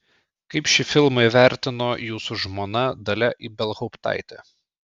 kaip šį filmą įvertino jūsų žmona dalia ibelhauptaitė